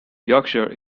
yorkshire